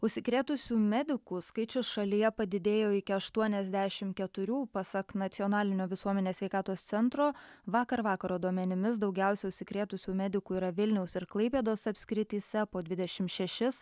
užsikrėtusių medikų skaičius šalyje padidėjo iki aštuoniasdešimt keturių pasak nacionalinio visuomenės sveikatos centro vakar vakaro duomenimis daugiausia užsikrėtusių medikų yra vilniaus ir klaipėdos apskrityse po dvidešimt šešis